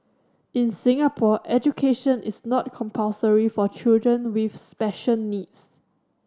in Singapore education is not compulsory for children with special needs